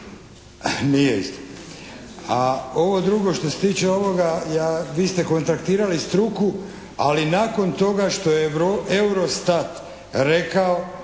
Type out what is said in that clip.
Nije istina. A ovo drugo što se tiče ovoga, vi ste kontaktirali struku ali nakon toga što je EUROSTAT rekao